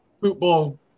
Football